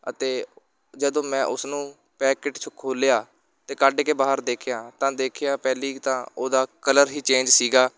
ਅਤੇ ਜਦੋਂ ਮੈਂ ਉਸਨੂੰ ਪੈਕੇਟ 'ਚ ਖੋਲ੍ਹਿਆ ਅਤੇ ਕੱਢ ਕੇ ਬਾਹਰ ਦੇਖਿਆ ਤਾਂ ਦੇਖਿਆ ਪਹਿਲੀ ਤਾਂ ਉਹਦਾ ਕਲਰ ਹੀ ਚੇਂਜ ਸੀਗਾ